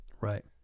Right